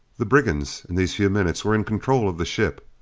the brigands in these few minutes were in control of the ship.